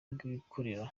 rw’abikorera